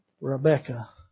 Rebecca